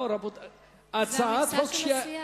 זה המכסה של הסיעה.